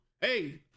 hey